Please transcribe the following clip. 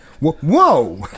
whoa